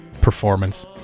performance